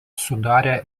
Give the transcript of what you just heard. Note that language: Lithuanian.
sudarė